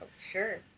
Sure